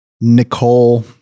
Nicole